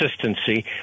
Consistency